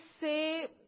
say